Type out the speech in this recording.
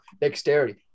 dexterity